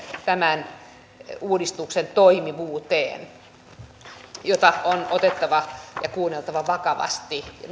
tämän uudistuksen toimivuudesta erittäin suuren kysymyksen joka on otettava ja kuunneltava vakavasti